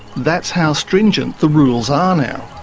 that's how stringent the rules are now.